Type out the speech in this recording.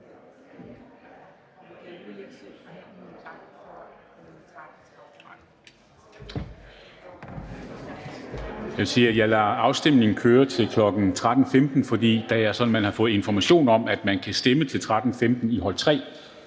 Jeg lader afstemningen køre til kl. 13.15, for det er sådan, at man har fået information om, at man kan stemme til kl. 13.15 i hold 3.